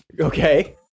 Okay